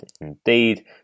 indeed